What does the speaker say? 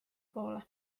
poole